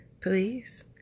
please